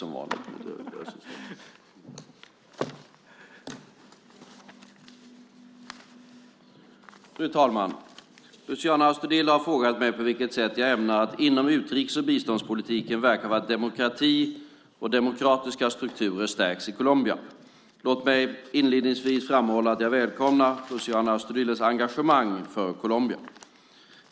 Fru talman! Luciano Astudillo har frågat mig på vilket sätt jag inom utrikes och biståndspolitiken ämnar verka för att demokrati och demokratiska strukturer stärks i Colombia. Låt mig inledningsvis framhålla att jag välkomnar Luciano Astudillos engagemang för Colombia.